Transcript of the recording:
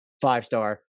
five-star